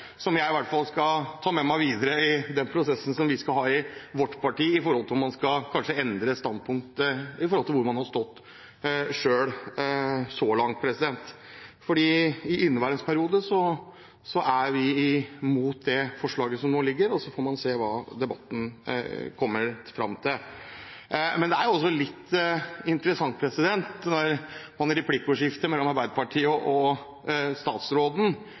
som i hvert fall jeg skal ta med meg videre i den prosessen som vi skal ha i vårt parti når det gjelder om man kanskje skal endre standpunkt, med tanke på hvor man selv har stått så langt, for i inneværende periode er vi imot det forslaget som nå foreligger. Så får man se hva man i debatten kommer fram til. Men det er litt interessant når en representant fra Arbeiderpartiet i replikkordskifte med statsråden sier at vi må ikke se tilbake, vi må se framover, hva man